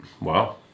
Wow